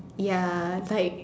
ya like